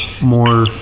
more